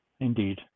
Indeed